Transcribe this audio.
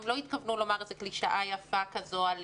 הם לא התכוונו לומר איזו קלישאה יפה כזו על